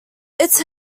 its